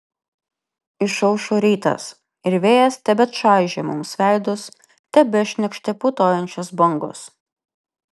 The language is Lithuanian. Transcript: išaušo rytas ir vėjas tebečaižė mums veidus tebešniokštė putojančios bangos